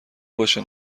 باشه